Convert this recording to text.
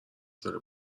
سال